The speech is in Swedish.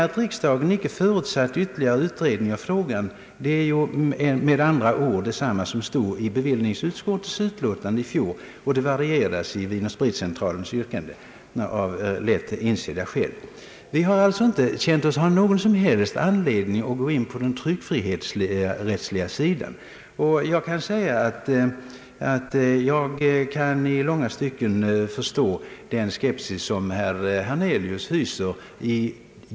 Att riksdagen icke förutsatt ytterligare utredning av frågan är detsamma som stod i bevillningsutskottets betänkande i fjol; och det varieras i Vinoch spritcentralens yttrande — av lätt insedda skäl. Allmänna beredningsutskottet har alltså inte funnit någon som helst anledning att gå in på den tryckfrihetsrättsliga sidan av saken. Jag vill säga att jag i långa stycken kan förstå den skepsis som herr Hernelius hyser.